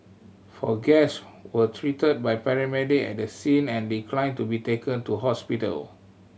four guest were treated by paramedic at the scene and declined to be taken to hospital